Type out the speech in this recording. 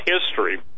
history